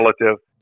relative